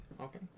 Okay